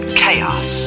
chaos